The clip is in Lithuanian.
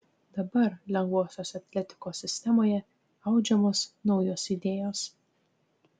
dabar lengvosios atletikos sistemoje audžiamos naujos idėjos